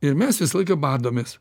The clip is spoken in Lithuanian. ir mes visą laiką badomės